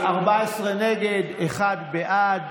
14 נגד, אחד בעד.